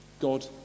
God